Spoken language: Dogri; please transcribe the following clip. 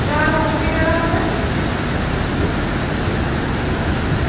जाना कोह्की जगह तुसें